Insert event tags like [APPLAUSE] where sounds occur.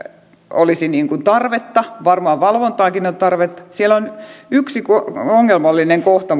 olisi tarvetta varmaan valvontaankin on tarvetta muun muassa siellä valvonnassa on yksi ongelmallinen kohta [UNINTELLIGIBLE]